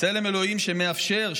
צלם אלוהים שמאפשר,